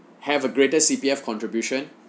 have a greater C_P_F contribution